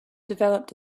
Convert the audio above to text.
developed